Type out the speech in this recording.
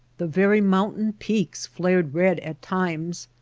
the very mountain peaks flared red at times,